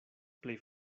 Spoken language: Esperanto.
plej